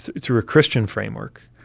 through a christian framework,